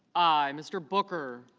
i. mr. booker